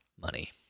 money